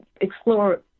explore